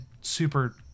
super